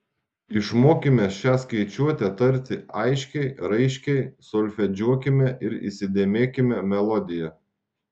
išmokime šią skaičiuotę tarti aiškiai raiškiai solfedžiuokime ir įsidėmėkime melodiją